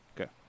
Okay